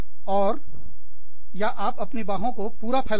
और और या आप अपनी बाहों को पूरा फैलाएं